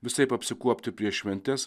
visaip apsikuopti prieš šventes